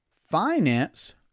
finance